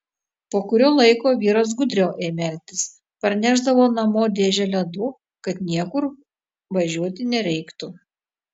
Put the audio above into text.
po kurio laiko vyras gudriau ėmė elgtis parnešdavo namo dėžę ledų kad niekur važiuoti nereiktų